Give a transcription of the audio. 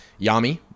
Yami